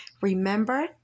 Remember